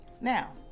Now